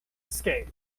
escape